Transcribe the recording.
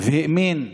והאמין בשלום,